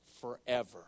forever